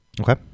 Okay